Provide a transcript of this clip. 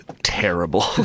terrible